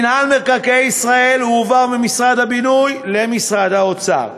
מינהל מקרקעי ישראל הועבר ממשרד הבינוי למשרד האוצר.